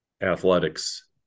athletics